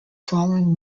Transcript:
following